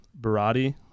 Barati